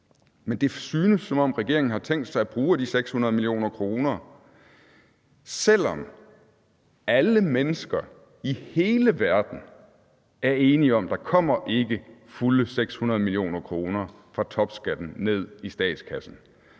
Men det synes, som om regeringen har tænkt sig at bruge af de 600 mio. kr., selv om alle mennesker i hele verden er enige om, at der ikke kommer fulde 600 mio. kr. fra topskatten ned i statskassen.